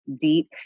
deep